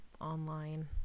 online –